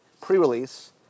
pre-release